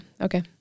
okay